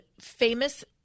famous